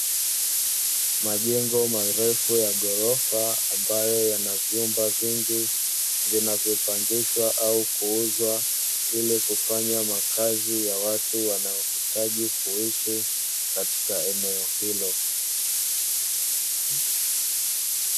Majengo marefu ya ghorofa ambayo yana vyumba vingi vinavyo pangishwa au kuuzwa, ili kufanya makazi ya watu wanaohitaji kuishi katika eneo hilo.